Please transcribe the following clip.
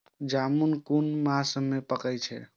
जामून कुन मास में पाके छै?